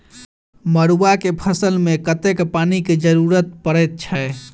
मड़ुआ केँ फसल मे कतेक पानि केँ जरूरत परै छैय?